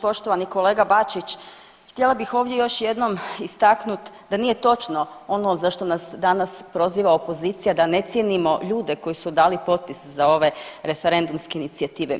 Poštovani kolega Bačić, htjela bih ovdje još jednom istaknuti da nije točno ono za što nas danas proziva opozicija da ne cijenimo ljude koji su dali potpis za ove referendumske inicijative.